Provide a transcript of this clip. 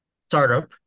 startup